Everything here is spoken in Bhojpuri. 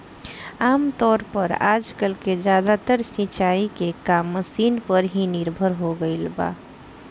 आमतौर पर आजकल के ज्यादातर सिंचाई के काम मशीन पर ही निर्भर हो गईल बा